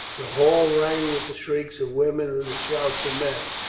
the hall rang with the shrieks of women and the shouts of men.